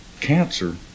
cancer